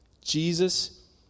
Jesus